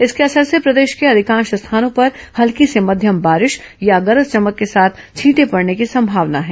इसके असर से प्रदेश के अधिकांश स्थानों पर हल्की से मध्यम बारिश या गरज चमक के साथ छींटे पड़ने की संभावना है